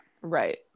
Right